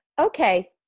Okay